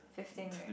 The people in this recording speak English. fifteen right